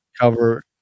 cover